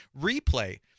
replay